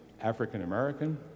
African-American